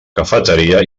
cafeteria